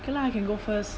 okay lah I can go first